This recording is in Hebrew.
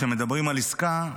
כשמדברים על עסקה,